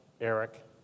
Eric